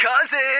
cousin